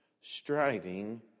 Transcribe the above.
striving